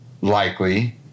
likely